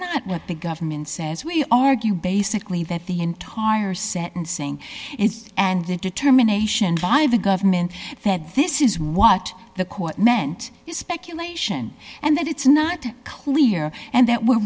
not what the government says we argue basically that the entire sentencing is and the determination by the government that this is what the court meant is speculation and that it's not clear and that we're